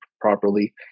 properly